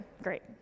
great